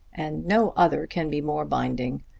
and no other can be more binding.